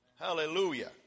hallelujah